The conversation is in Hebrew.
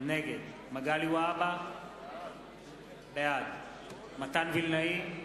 נגד מגלי והבה, בעד מתן וילנאי,